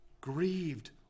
grieved